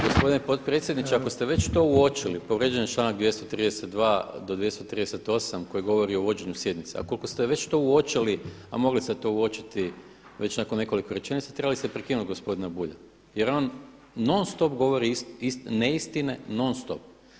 Gospodine potpredsjedniče, ako ste već to uočili, povrijeđen je članak 232. do 238. koji govori o vođenju sjednice, a ukoliko ste to već uočili a mogli ste to uočiti već nakon nekoliko rečenica trebali ste prekinuti gospodina Bulja, jer on non stop govori neistine, non stop.